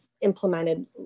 implemented